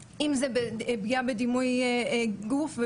גם לתת מענים לתופעות שעדיין אין להן מענה,